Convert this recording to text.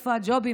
איפה הג'ובים?